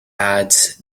ads